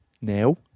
Now